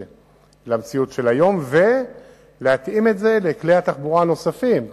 למציאות של היום ולכלי התחבורה הנוספים,